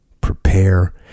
Prepare